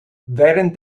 während